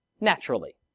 naturally